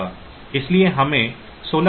क्योंकि हमें 16 bit number मिले हैं